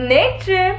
Nature